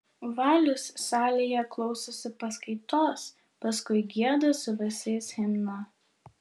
valius salėje klausosi paskaitos paskui gieda su visais himną